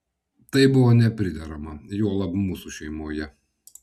tai buvo nepriderama juolab mūsų šeimoje